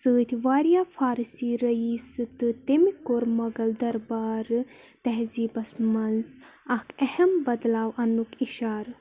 سۭتۍ واریاہ فارسی رئیس تہٕ تٔمۍ کوٚر مُغل دربارٕ تہزیٖبَس منٛز اکھ اہم بَدلاو اَننُک اِشارٕ